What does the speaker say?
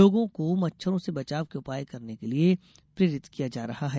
लोगों को मच्छरों से बचाव के उपाय करने के लिये प्रेरित किया जा रहा है